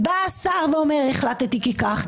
בא השר ואומר: החלטתי כי כך וכך,